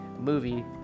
movie